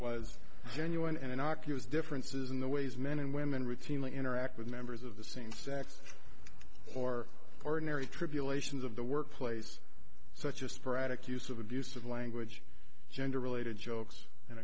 was genuine and innocuous differences in the ways men and women routinely interact with members of the same sex or ordinary tribulations of the workplace such as sporadic use of abusive language gender related jokes and